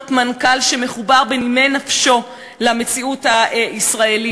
מנכ"ל שמחובר בנימי נפשו למציאות הישראלית,